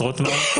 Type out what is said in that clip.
שמחה רוטמן,